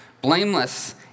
Blameless